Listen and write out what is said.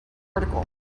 article